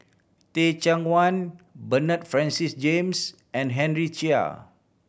Teh Cheang Wan Bernard Francis James and Henry Chia